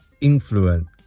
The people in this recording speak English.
influence